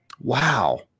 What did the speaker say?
wow